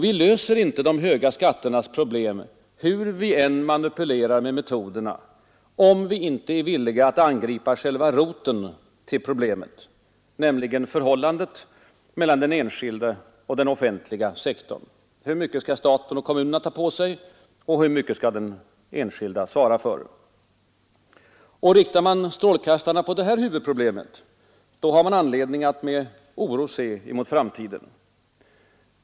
Vi löser inte de höga skatternas problem hur vi än manipulerar med metoderna, om vi inte är villiga att angripa själva roten till problemet, nämligen förhållandet mellan den enskilda och den offentliga sektorn. Hur mycket skall staten och kommunerna ta på sig, och hur mycket skall den enskilde svara för? Riktar man strålkastarna på detta huvudproblem, har man anledning att med oro se mot framtiden.